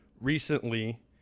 recently